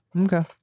Okay